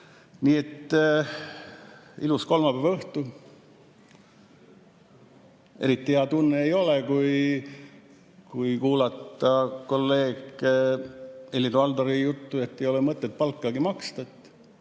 Nii et ilus kolmapäeva õhtu. Eriti hea tunne ei ole, kui kuulata kolleeg Helir-Valdori juttu, et ei ole mõtet palkagi maksta.